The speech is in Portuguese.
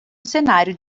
cenário